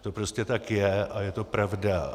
To prostě tak je a je to pravda.